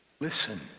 listen